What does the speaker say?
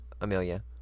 Amelia